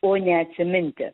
o neatsiminti